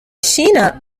china